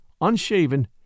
unshaven